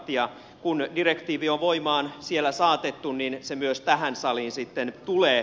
ja kun direktiivi on voimaan siellä saatettu niin se myös tähän saliin sitten tulee